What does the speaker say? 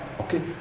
okay